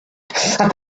that